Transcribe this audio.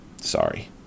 Sorry